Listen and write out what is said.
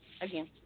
again